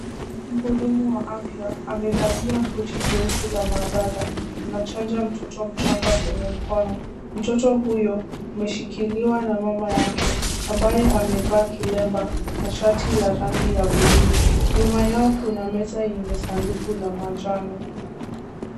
Mhudumu wa afya amevalia koti jeupe la maabara anachanja mtoto mchanga kwenye mkono. Mtoto huyo ameshikiliwa na mama yake ambaye amevaa kilemba na shati la rangi ya buluu. Nyuma yao kuna meza yenye sanduku la manjano.